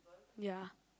ya